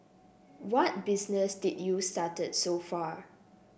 what business did you started so far